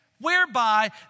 whereby